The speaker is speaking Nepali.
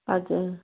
हजुर